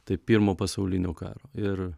tai pirmo pasaulinio karo ir